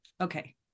okay